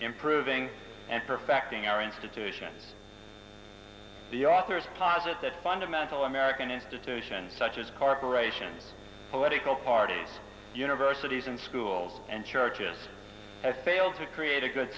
improving and perfecting our institutions the authors posit that fundamental american institutions such as corporations political parties universities and schools and churches have failed to create a good